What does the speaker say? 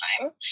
time